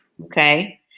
Okay